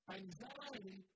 anxiety